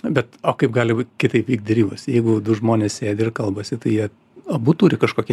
bet o kaip gali būt kitaip vykt derybos jeigu du žmonės sėdi ir kalbasi tai jie abu turi kažkokį